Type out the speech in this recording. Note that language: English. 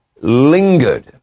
lingered